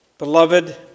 beloved